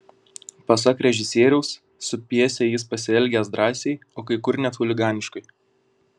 pasak režisieriaus su pjese jis pasielgęs drąsiai o kai kur net chuliganiškai